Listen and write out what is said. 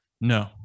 No